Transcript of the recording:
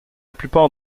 plupart